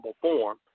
form